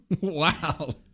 Wow